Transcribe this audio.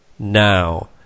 now